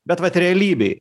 bet vat realybėj